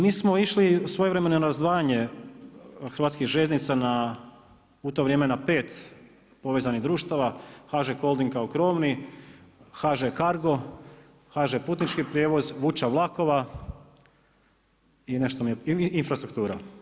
Mi smo išli svojevremeno i na razdvajanje Hrvatskih željeznica na, u to vrijeme na pet povezanih društava HŽ Holding kao krovni, HŽ Cargo, HŽ Putnički prijevoz, vuča vlakova i nešto mi je i infrastruktura.